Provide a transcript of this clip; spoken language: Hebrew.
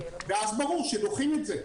ואז ברור שדוחים את זה.